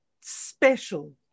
special